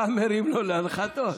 אתה מרים לו להנחתות.